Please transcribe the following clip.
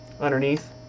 underneath